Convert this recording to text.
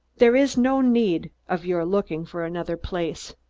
there is no need of your looking for another place.